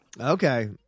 Okay